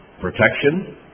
Protection